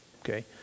Okay